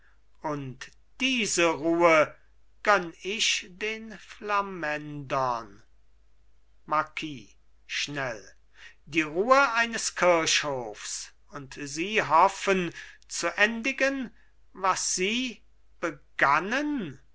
und diese ruhe gönn ich den flamändern marquis schnell die ruhe eines kirchhofs und sie hoffen zu endigen was sie begannen